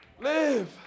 Live